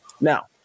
Now